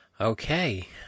Okay